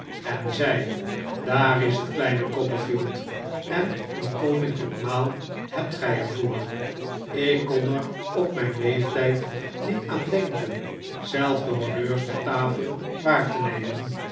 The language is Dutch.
en zei daar is het kleine copperfield en een koninklijk maal hebt gij er voor ik kon er op mijn leeftijd niet aan denken zelf de honneurs der tafel waar te nemen